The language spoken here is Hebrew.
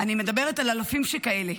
אני מדברת על אלפים שכאלה.